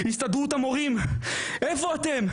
איפה אתם?